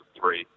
three